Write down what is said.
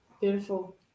Beautiful